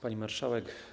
Pani Marszałek!